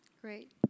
Great